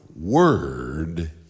word